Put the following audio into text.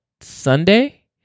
Sunday